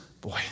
boy